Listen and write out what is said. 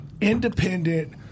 independent